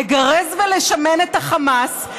לגרז ולשמן את החמאס,